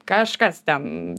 kažkas ten